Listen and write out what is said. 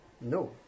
No